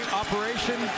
operation